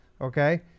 okay